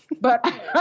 but-